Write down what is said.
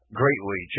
greatly